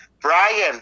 Brian